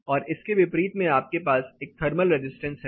और इसके विपरीत में आपके पास एक थर्मल रेजिस्टेंस है